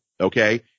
Okay